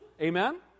Amen